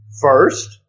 first